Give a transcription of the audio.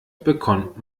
bekommt